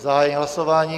Zahajuji hlasování.